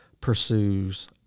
pursues